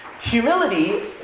Humility